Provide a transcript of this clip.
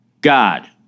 God